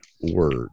word